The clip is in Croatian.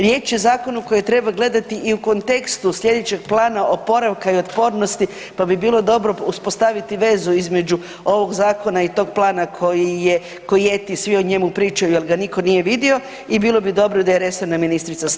Riječ je o zakonu koji treba gledati i u kontekstu slijedećeg plana oporavka i otpornosti pa bi bilo dobro uspostaviti vezu između ovog zakona i tog plana koji je, ko Jeti svi o njemu pričaju ali ga nitko nije vidio i bilo bi dobro da je resorna ministrica s nama.